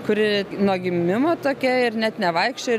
kuri nuo gimimo tokia ir net nevaikščioja